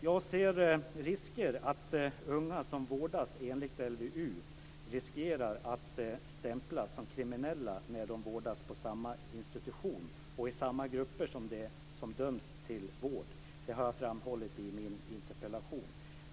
Jag ser att unga som vårdas enligt LVU riskerar att stämplas som kriminella när de vårdas på samma institution och i samma grupper som dem som dömts till vård. Det har jag framhållit i min interpellation.